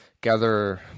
gather